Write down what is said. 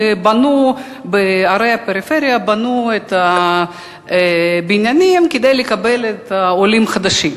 ובנו בערי הפריפריה את הבניינים כדי לקבל את העולים החדשים.